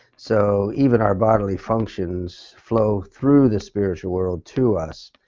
so even our bodily functions flow through the spiritual world to us.